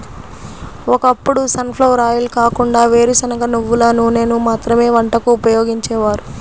ఒకప్పుడు sunflower oil కాకుండా వేరుశనగ, నువ్వుల నూనెను మాత్రమే వంటకు ఉపయోగించేవారు